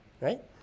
Right